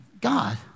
God